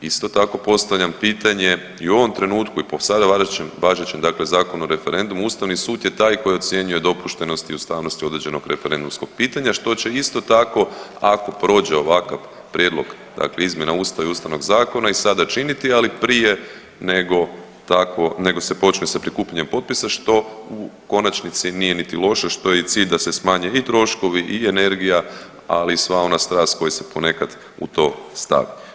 Isto tako postavljam pitanje i u ovom trenutku i po sada važećem dakle Zakonu o referendumu, Ustavni sud je taj koji ocjenjuje dopuštenost i ustavnost određenog referendumskog pitanja što će isto tako ako prođe ovakav prijedlog dakle izmjena Ustava i Ustavnog zakona i sada činiti, ali prije nego takvo, nego se počne sa prikupljanjem potpisa što u konačnici nije niti loše, što je i cilj da se smanje i troškovi i energija, ali i sva ona strast koja se ponekad u to stavi.